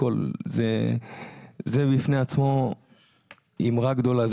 זה בפני עצמו אמירה גדולה.